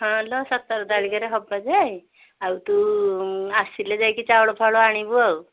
ହଁ ଲୋ ସତର ତାରିଖରେ ହେବ ଯେ ଆଉ ତୁ ଆସିଲେ ଯାଇକି ଚାଉଳ ଫାଉଳ ଆଣିବୁ ଆଉ